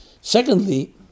Secondly